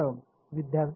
विद्यार्थी शेवटचा